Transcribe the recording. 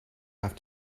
have